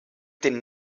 den